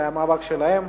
זה היה מאבק שלהם.